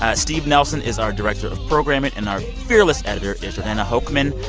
ah steve nelson is our director of programming. and our fearless editor is jordana hochman.